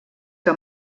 que